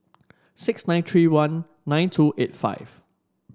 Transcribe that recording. six nine three one nine two eight five